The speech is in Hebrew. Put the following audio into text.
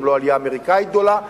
גם לא עלייה אמריקנית גדולה,